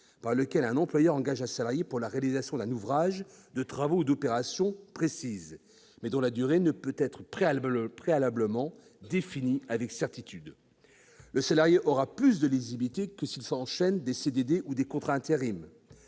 par lequel un employeur engage un salarié pour la réalisation d'un ouvrage, de travaux ou d'opérations précis, mais dont la durée ne peut être préalablement définie avec certitude. Le salarié bénéficiera de davantage de visibilité que s'il enchaîne des CDD ou des contrats d'intérim.